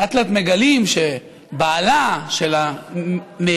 לאט-לאט מגלים שבעלה של הנהרגת,